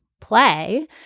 play